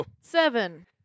Seven